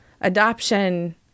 adoption